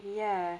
ya